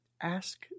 ask